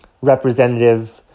representative